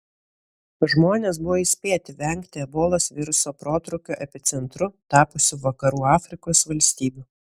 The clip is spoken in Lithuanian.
žmonės buvo įspėti vengti ebolos viruso protrūkio epicentru tapusių vakarų afrikos valstybių